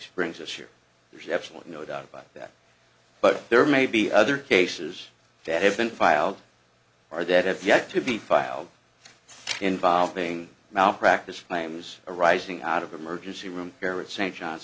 brings us here there's absolutely no doubt about that but there may be other cases that have been filed or that have yet to be filed involving malpractise claims arising out of emergency room care at st john's